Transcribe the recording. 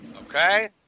Okay